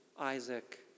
Isaac